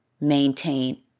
maintain